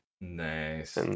Nice